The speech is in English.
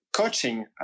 coaching